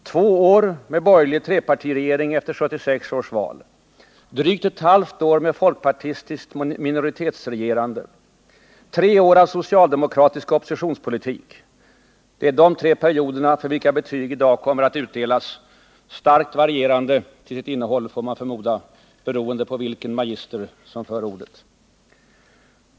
Två år med borgerlig trepartiregering efter 1976 års val. Drygt ett halvt år med folkpartistiskt minoritetsregerande. Tre år av socialdemokratisk oppositionspolitik. Det är dessa tre perioder för vilka betyg i dag kommer att utdelas. Starkt varierande till sitt innehåll får man förmoda beroende på vilken magister som för ordet.